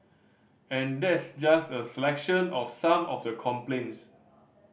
and that's just a selection of some of the complaints